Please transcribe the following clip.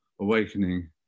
awakening